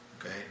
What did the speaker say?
okay